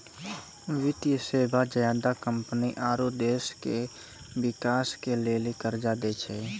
वित्तीय सेवा ज्यादा कम्पनी आरो देश के बिकास के लेली कर्जा दै छै